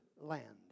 land